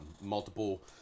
multiple